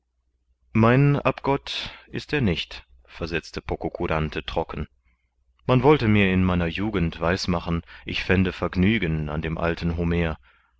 mein abgott ist er nicht versetzte pococurante trocken man wollte mir in meiner jugend weiß machen ich fände vergnügen an dem alten homer